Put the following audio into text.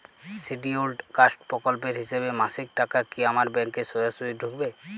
Scheduled caste প্রকল্পের হিসেবে মাসিক টাকা কি আমার ব্যাংকে সোজাসুজি ঢুকবে?